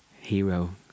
hero